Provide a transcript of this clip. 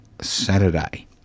Saturday